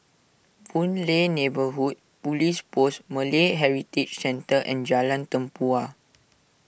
Boon Lay Neighbourhood Police Post Malay Heritage Centre and Jalan Tempua